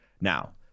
Now